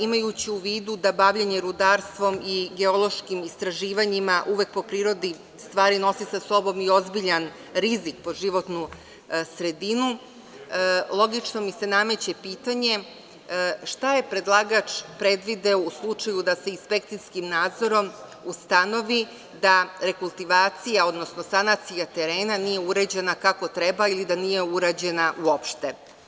Imajući u vidu da bavljenje rudarstvom i geološkim istraživanjima uvek, po prirodi stvari, nosi sa sobom ozbiljan rizik po životnu sredinu, logično mi se nameće pitanje – šta je predlagač predvideo u slučaju da se inspekcijskim nadzorom ustanovi da rekultivacija, odnosno sanacija terena nije uređena kako treba ili da nije urađena uopšte?